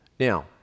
Now